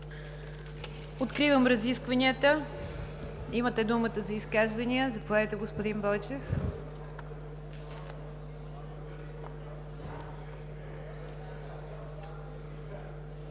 Откривам разискванията. Имате думата за изказвания. Заповядайте, господин Бойчев.